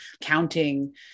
counting